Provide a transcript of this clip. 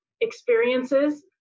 experiences